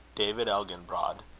david elginbrod